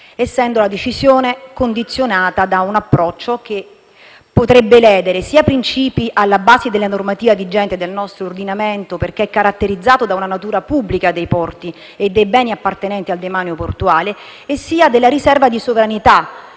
essendo la decisione condizionata da un approccio che potrebbe ledere sia principi alla base della normativa vigente del nostro ordinamento, perché è caratterizzato da una natura pubblica dei porti e dei beni appartenenti al demanio portuale, sia della riserva di sovranità